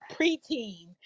preteen